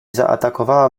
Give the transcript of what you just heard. zaatakowała